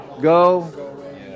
go